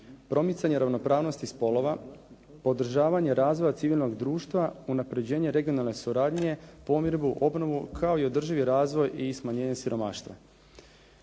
promicanje ravnopravnosti spolova, održavanje razvoja civilnog društva, unapređenje regionalne suradnje, pomirbu, obnovu kao i održivi razvoj i smanjenje siromaštva.